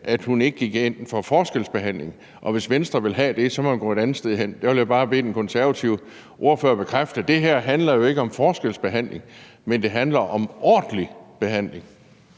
at hun ikke gik ind for forskelsbehandling, og at hvis Venstre ville have det, måtte man gå et andet sted hen. Jeg vil bare bede den konservative ordfører bekræfte, at det her jo ikke handler om forskelsbehandling, men om ordentlig behandling.